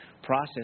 process